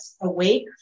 Awake